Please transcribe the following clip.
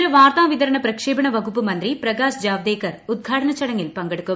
കേന്ദ്ര വാർത്താ വിതരണ പ്രക്ഷേപണ വകുപ്പ് മന്ത്രി പ്രകാശ് ജാവദേക്കർ ഉദ്ഘാടന ചടങ്ങിൽ പങ്കെടുക്കും